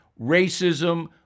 racism